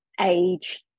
age